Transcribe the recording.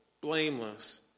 blameless